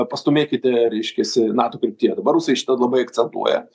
pastūmėkite reiškiasi nato kryptyje dabar rusai šitą labai akcentuoja